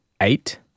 Eight